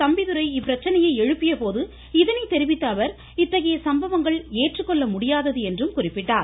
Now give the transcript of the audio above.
தம்பிதுரை இப்பிரச்சனையை எழுப்பியபோது இதனைத் தெரிவித்த அவர் இத்தகைய சம்பவங்கள் ஏற்றுக் கொள்ள முடியாதது என்றும் குறிப்பிட்டார்